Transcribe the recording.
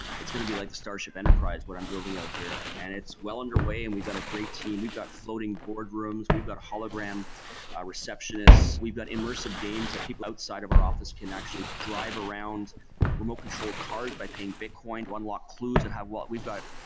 it's going to be like the starship enterprise what i'm building out here and it's well underway and we've got a great team. we've got floating board rooms, we've got a hologram ah receptionist. we've got immersive games that people outside of our office can actually drive around remote controlled cars by paying bitcoin. one lot clues at and how what we've got.